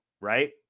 right